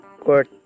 court